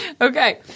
okay